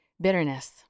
Bitterness